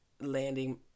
landing